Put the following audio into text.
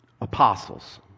apostles